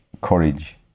courage